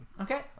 Okay